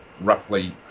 roughly